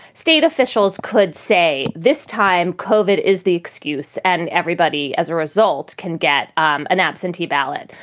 state officials could say this time. kove it is the excuse and everybody as a result can get um an absentee ballot.